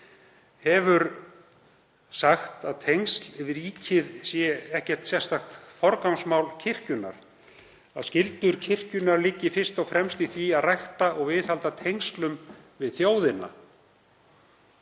hefur sagt að tengsl við ríkið sé ekkert sérstakt forgangsmál kirkjunnar, að skyldur kirkjunnar liggi fyrst og fremst í því að rækta og viðhalda tengslum við þjóðina.